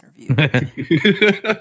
interview